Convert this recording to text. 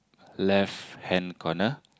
left hand corner